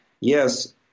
yes